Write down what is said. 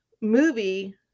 movie